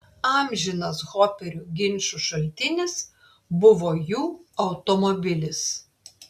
amžinas hoperių ginčų šaltinis buvo jų automobilis